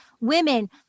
women